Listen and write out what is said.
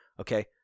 okay